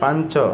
ପାଞ୍ଚ